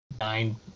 nine